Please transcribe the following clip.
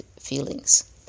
feelings